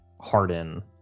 harden